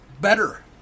better